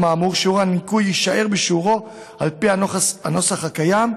האמור שיעור הניכוי יישאר בשיעורו על פי הנוסח הקיים,